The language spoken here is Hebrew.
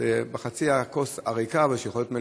אז בחצי הכוס הריקה, שיכולה להיות מלאה,